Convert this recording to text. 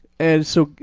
and so,